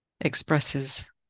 expresses